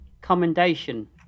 commendation